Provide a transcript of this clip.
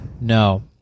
No